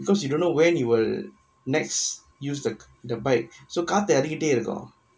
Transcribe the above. because you don't know when you were next use the the bikes so காத்து இறங்கிட்டே இருக்கு:kaathu iranggittae irukku